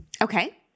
Okay